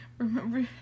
remember